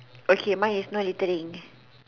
okay my is no littering